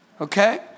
okay